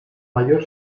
mayor